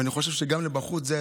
ואני חושב שזה יצא גם החוצה,